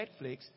Netflix